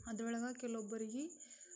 ಅದ್ರೊಳಗೆ ಕೆಲವೊಬ್ಬರಿಗೆ